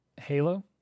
Halo